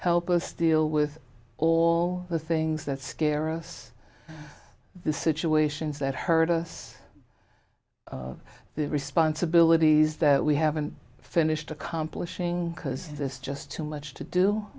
help us deal with all the things that scare us the situations that hurt us the responsibilities that we haven't finished accomplishing because there's just too much